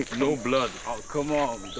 no blood. oh come on,